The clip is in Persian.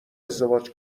ازدواج